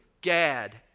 Gad